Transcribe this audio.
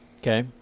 Okay